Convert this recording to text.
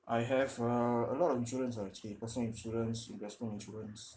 I have uh a lot of insurance ah actually personal insurance investment insurance